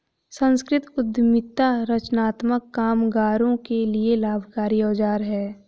संस्कृति उद्यमिता रचनात्मक कामगारों के लिए लाभकारी औजार है